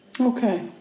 Okay